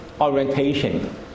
orientation